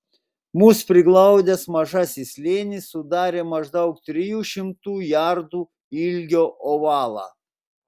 mus priglaudęs mažasis slėnis sudarė maždaug trijų šimtų jardų ilgio ovalą